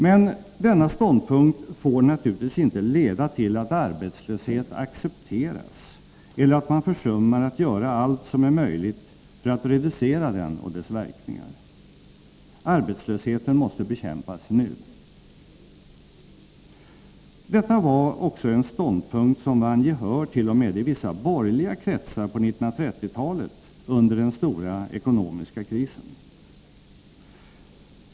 Men denna ståndpunkt får naturligtvis inte leda till att arbetslöshet accepteras eller att man försummar att göra allt som är möjligt för att reducera den och dess verkningar. Arbetslösheten måste bekämpas nu. Detta var också en ståndpunkt som vann gehör t.o.m. i vissa borgerliga kretsar på 1930-talet, under den stora ekonomiska krisen.